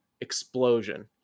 explosion